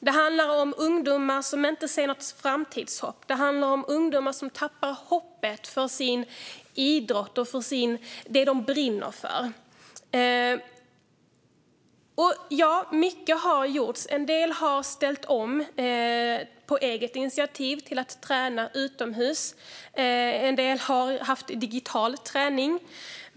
Det handlar om ungdomar som inte ser något framtidshopp. Det handlar om ungdomar som tappar hoppet om sin idrott och det de brinner för. Ja, mycket har gjorts. En del har ställt om på eget initiativ till att träna utomhus. En del har haft digital träning.